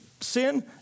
sin